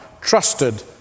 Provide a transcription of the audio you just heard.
trusted